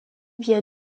vient